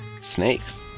snakes